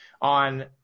on